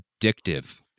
addictive